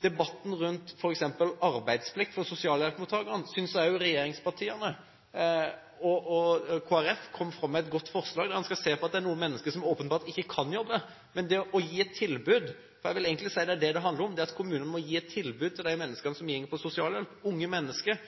debatten om f.eks. arbeidsplikt for sosialhjelpsmottakere synes jeg regjeringspartiene og Kristelig Folkeparti kom fram med et godt forslag når det gjelder det at noen mennesker åpenbart ikke kan jobbe. Man må gi et tilbud, og jeg vil egentlig si at det er det det handler om: Kommunene må gi et tilbud til unge mennesker som,